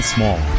Small